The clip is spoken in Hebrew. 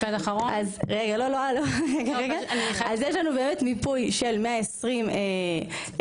אז יש לנו באמת מיפוי של 120 חברות